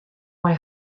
mei